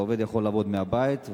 העובד יכול לעבוד מהבית,